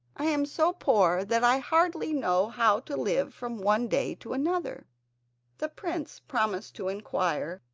i am so poor that i hardly know how to live from one day to another the prince promised to inquire,